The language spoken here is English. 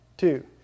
two